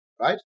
right